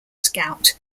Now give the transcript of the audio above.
scout